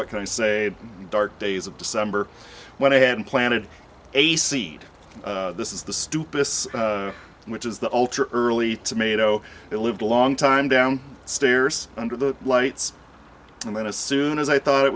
what can i say dark days of december when i had planted a seed this is the stupidest which is the ultra early tomato it lived a long time down stairs under the lights and then as soon as i thought it